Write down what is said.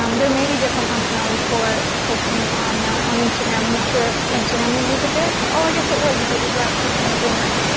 um there may be different functionalities for posting on on instagram. i'm not sure if instagram would use a giff. oh i guess it would because there's that like kind of boomerang.